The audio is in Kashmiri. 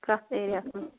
کَتھ ایرِیاہَس منٛز